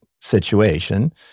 situation